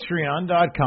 Patreon.com